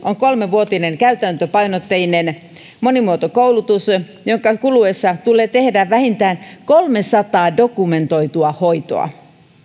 on kolmevuotinen käytäntöpainotteinen monimuotokoulutus jonka kuluessa tulee tehdä vähintään kolmesataa dokumentoitua hoitoa